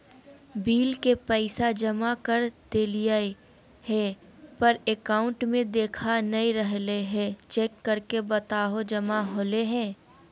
Bill के पैसा जमा कर देलियाय है पर अकाउंट में देखा नय रहले है, चेक करके बताहो जमा होले है?